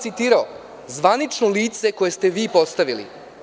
Citirao sam zvanično lice koje ste vi postavili.